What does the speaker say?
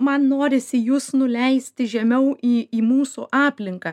man norisi jus nuleisti žemiau į į mūsų aplinką